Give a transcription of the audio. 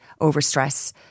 overstress